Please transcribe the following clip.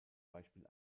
beispiel